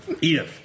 Edith